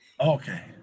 Okay